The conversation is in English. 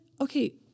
okay